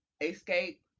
escape